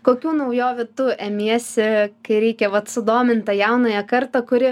kokių naujovių tu emiesi kai reikia vat sudomint tą jaunąją kartą kuri